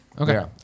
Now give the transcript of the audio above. Okay